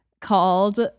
called